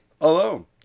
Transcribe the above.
alone